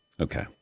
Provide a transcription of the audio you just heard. Okay